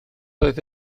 oedd